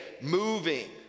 moving